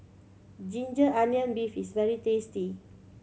ginger onion beef is very tasty